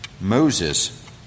Moses